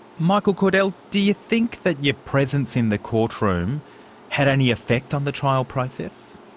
michael cordell, do you think that your presence in the court room had any effect on the trial process?